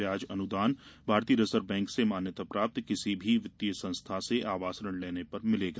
ब्याज अनुदान भारतीय रिजर्व बैंक से मान्यता प्राप्त किसी भी वित्तीय संस्था से आवास ऋण लेने पर मिलेगा